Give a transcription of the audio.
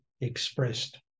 expressed